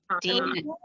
Dean